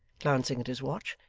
glancing at his watch.